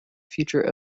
future